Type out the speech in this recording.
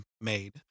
made